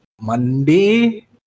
Monday